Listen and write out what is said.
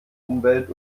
umwelt